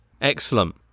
Excellent